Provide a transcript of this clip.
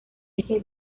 eje